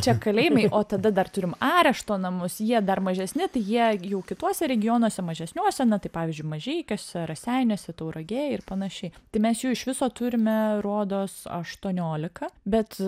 čia kalėjimai o tada dar turim arešto namus jie dar mažesni tai jie jau kituose regionuose mažesniuose na tai pavyzdžiui mažeikiuose raseiniuose tauragėj ir panašiai tai mes jų iš viso turime rodos aštuoniolika bet